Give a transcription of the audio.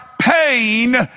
pain